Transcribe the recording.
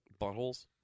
Buttholes